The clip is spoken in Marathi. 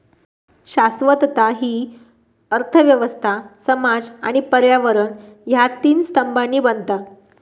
शाश्वतता हि अर्थ व्यवस्था, समाज आणि पर्यावरण ह्या तीन स्तंभांनी बनता